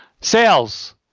Sales